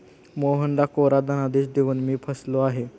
मोहनला कोरा धनादेश देऊन मी फसलो आहे